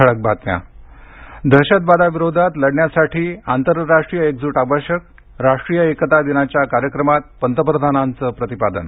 ठळक बातम्या दहशतवादाविरोधात लढण्यासाठी आंतरराष्ट्रीय एकजूट आवश्यक राष्ट्रीय एकता दिनाच्या कार्यक्रमात पंतप्रधानांचं प्रतिपादन